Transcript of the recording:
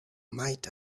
might